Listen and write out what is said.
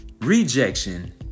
rejection